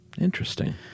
Interesting